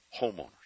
homeowners